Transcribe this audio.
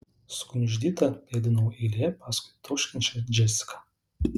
sugniuždyta pėdinau eilėje paskui tauškiančią džesiką